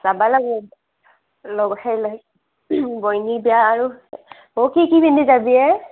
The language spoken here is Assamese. যাব লাগিব লগহে নাই বৈনী বিয়া আৰু অ' কি কি পিন্ধি যাবি এ